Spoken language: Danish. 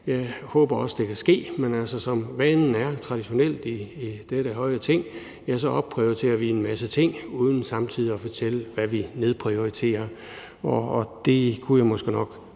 Jeg håber også, at det kan ske. Men som vanen traditionelt er i dette høje Ting, opprioriterer vi en masse ting uden samtidig at fortælle, hvad vi nedprioriterer, og det kunne jeg måske nok